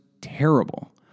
terrible